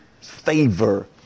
favor